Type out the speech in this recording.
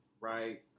right